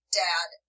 dad